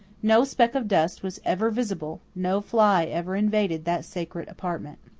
no speck of dust was ever visible no fly ever invaded that sacred apartment.